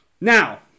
Now